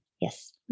Yes